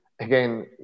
again